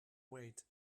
wait